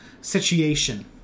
situation